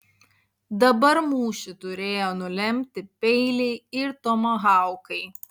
dabar mūšį turėjo nulemti peiliai ir tomahaukai